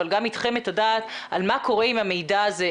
אבל גם אתכם את הדעת על מה קורה עם המידע הזה,